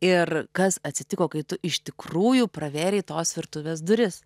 ir kas atsitiko kai tu iš tikrųjų pravėrei tos virtuvės duris